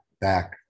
back